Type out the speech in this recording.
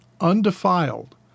undefiled